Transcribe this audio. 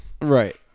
Right